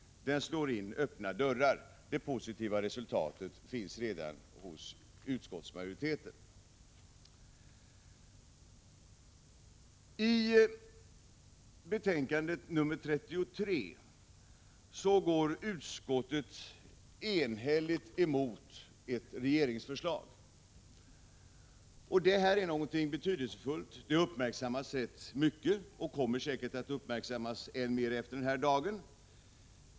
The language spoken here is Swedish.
Den slår in öppna dörrar. Det positiva resultatet finns redan hos utskottsmajoriteten. I betänkande 33 går utskottet enhälligt emot ett regeringsförslag. Detta gäller något betydelsefullt. Det uppmärksammas ganska mycket, och det kommer säkert att uppmärksammas än mer efter denna dag.